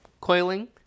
coiling